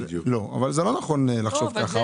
אבל לא נכון לחשוב כך.